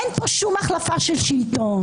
אין פה שום החלפה של שלטון.